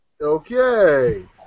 Okay